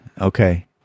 Okay